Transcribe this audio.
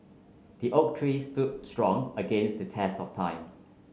the oak tree stood strong against the test of time